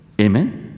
Amen